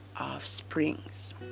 offsprings